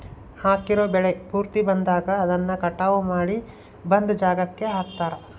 ಹಾಕಿರೋ ಬೆಳೆ ಪೂರ್ತಿ ಬಂದಾಗ ಅದನ್ನ ಕಟಾವು ಮಾಡಿ ಒಂದ್ ಜಾಗಕ್ಕೆ ಹಾಕ್ತಾರೆ